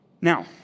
Now